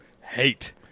hate